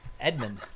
Edmund